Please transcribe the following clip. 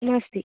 नास्ति